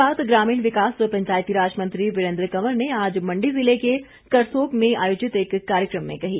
ये बात ग्रामीण विकास व पंचायती राज मंत्री वीरेंद्र कंवर ने आज मंडी ज़िले के करसोग में आयोजित एक कार्यक्रम में कही